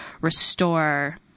restore